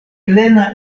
plena